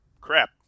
crap